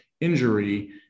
injury